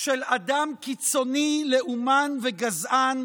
של אדם קיצוני, לאומן וגזען,